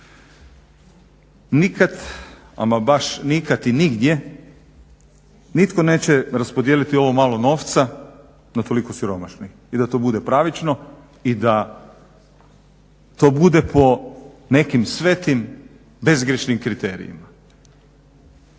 Nikad, ama baš nikad i nigdje nitko neće raspodijeliti ovo malo novca na toliko siromašnih i da to bude pravično i da to bude po nekim svetim bezgrešnim kriterijima.